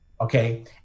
okay